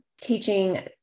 teaching